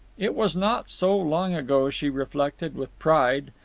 it was not so long ago, she reflected with pride,